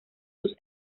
sus